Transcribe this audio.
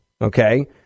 okay